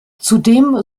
zudem